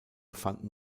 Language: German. fanden